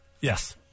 Yes